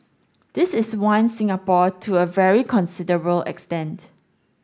this is one Singapore to a very considerable extent